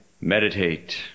meditate